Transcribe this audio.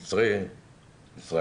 זה מצרים או ישראלים.